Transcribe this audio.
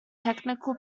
technical